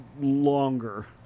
longer